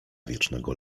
wiecznego